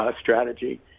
strategy